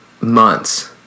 months